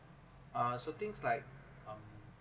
uh so things like um